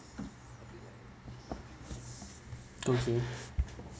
okay